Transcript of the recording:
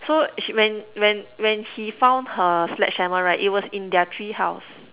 so she when when when he found her sledgehammer right it was in their treehouse